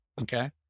Okay